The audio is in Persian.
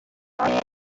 آیا